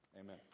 Amen